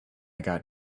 got